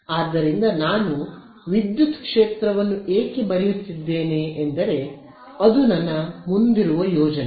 ಆದ್ದರಿಂದ ನಾನು ವಿದ್ಯುತ್ ಕ್ಷೇತ್ರವನ್ನು ಏಕೆ ಬರೆಯುತ್ತಿದ್ದೇನೆ ಎಂದರೆ ಅದು ನನಗೆ ಮುಂದಿರುವ ಯೋಜನೆ